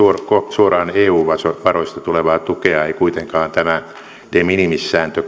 suoraan eu varoista tulevaa tukea ei kuitenkaan tämä de minimis sääntö